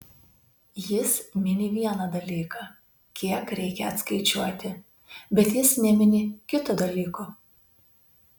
jis mini vieną dalyką kiek reikia atskaičiuoti bet jis nemini kito dalyko